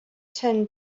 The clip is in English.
ten